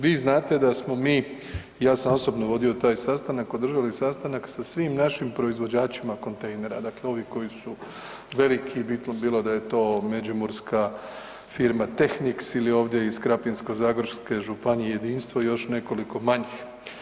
Vi znate da smo mi, ja sam osobno vodio taj sastanak, održali sastanak sa svim našim proizvođačima kontejnera, dakle ovim koji su veliki, .../nerazumljivo/... bilo da je to međimurska firma Tehnix ili ovdje iz Krapinsko-zagorske županije, Jedinstvo i još nekoliko manjih.